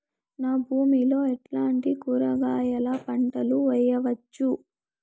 నా భూమి లో ఎట్లాంటి కూరగాయల పంటలు వేయవచ్చు?